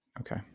Okay